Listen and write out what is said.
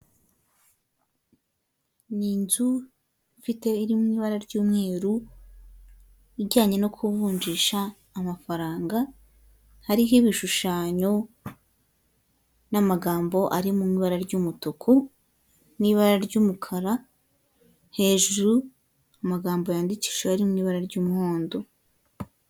Ni inzu ifite iri mu ibara ry'umweru ijyanye no kuvunjisha amafaranga, hariho ibishushanyo n'amagambo ari mu ibara ry'umutuku, n'ibara ry'umukara hejuru amagambo yandikishijweho ari mu ibara ry'umuhondo.